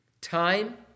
Time